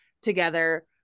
together